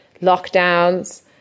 lockdowns